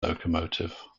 locomotive